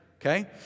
Okay